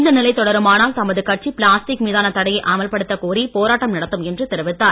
இந்த நிலை தொடருமானால் தமது கட்சி பிளாஸ்டிக் மீதான தடையை அமல்படுத்தக் கோரி போராட்டம் நடத்தும் என்று தெரிவித்தார்